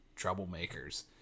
troublemakers